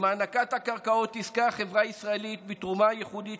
עם הענקת הקרקעות תזכה החברה הישראלית בתרומה ייחודית,